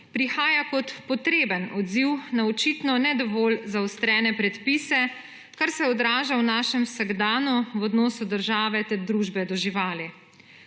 prihaja kot potreben odziv na očitno ne dovolj zaostrene predpise, kar se odraža v našem vsakdanu v odnosu države ter družbe do živali.